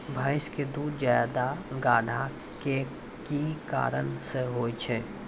भैंस के दूध ज्यादा गाढ़ा के कि कारण से होय छै?